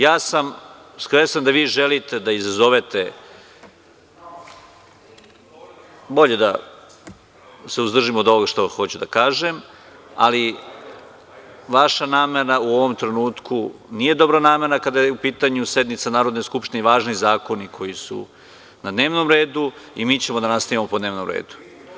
Ja sam svesan da vi želite da izazovete, bolje da se uzdržim od ovoga što hoću da kažem, ali vaša namena u ovom trenutku nije dobronamerna kada je u pitanju sednica Narodne skupštine važni zakoni koji su na dnevnom redu i mi ćemo da nastavimo po dnevnom redu.